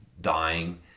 dying